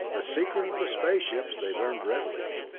the secret of the spaceships they learned readily,